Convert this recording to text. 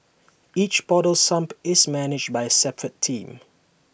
each portal sump is managed by A separate team